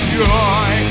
joy